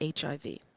HIV